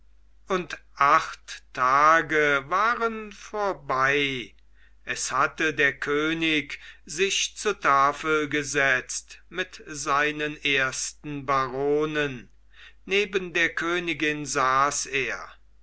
und acht tage waren vorbei es hatte der könig sich zu tafel gesetzt mit seinen ersten baronen neben der königin saß er